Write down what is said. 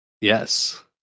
Yes